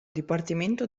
dipartimento